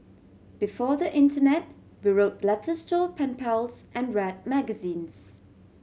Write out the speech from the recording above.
before the internet we wrote letters to our pen pals and read magazines